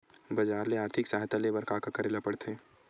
बजार ले आर्थिक सहायता ले बर का का करे ल पड़थे?